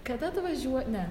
kad atvažiuo ne